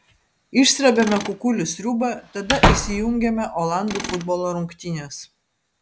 išsrebiame kukulių sriubą tada įsijungiame olandų futbolo rungtynes